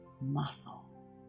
muscle